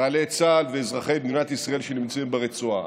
חיילי צה"ל ואזרחי מדינת ישראל שנמצאים ברצועה.